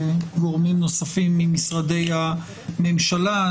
גורמים נוספים ממשרדי הממשלה,